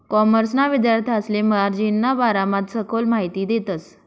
कॉमर्सना विद्यार्थांसले मार्जिनना बारामा सखोल माहिती देतस